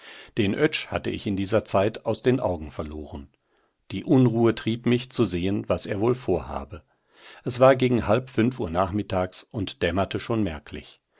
den oetsch hatte ich in dieser zeit aus den augen verloren die unruhe trieb mich zu sehen was er wohl vorhabe es war gegen halb fünf uhr nachmittags und dämmerte schon merklich